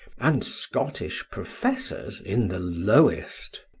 and scottish professors in the lowest.